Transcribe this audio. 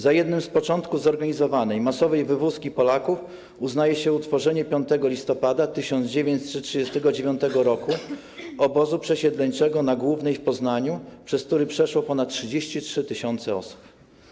Za jeden z początków zorganizowanej, masowej wywózki Polaków uznaje się utworzenie 5 listopada 1939 r. obozu przesiedleńczego na Głównej w Poznaniu, przez który przeszło ponad 33 tys. osób.